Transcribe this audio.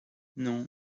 non